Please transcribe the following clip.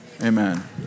Amen